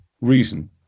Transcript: reason